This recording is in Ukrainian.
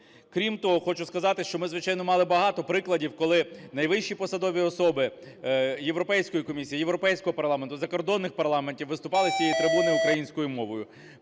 Крім того, хочу сказати, що ми, звичайно, мали багато прикладів, коли найвищі посадові особи Європейської комісії, Європейського парламенту, закордонних парламентів виступали з цієї трибуни українською мовою.